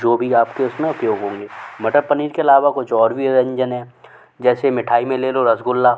जो भी आप के उस में उपयोग होंगे मटर पनीर के अलावा कुछ और भी व्यंजन है जैसे मिठाई में ले लो रसगुल्ला